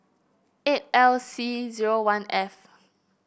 eight L C zero one F